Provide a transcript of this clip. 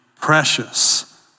precious